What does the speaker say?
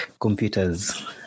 computers